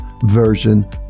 version